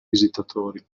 visitatori